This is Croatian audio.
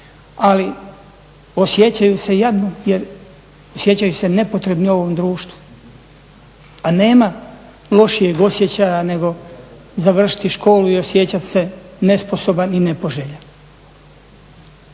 ali osjećaju se jadno jer, osjećaju se nepotrebni u ovom društvu a nema lošijeg osjećaja nego završiti školu i osjećati se nesposoban i nepoželjan.